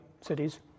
cities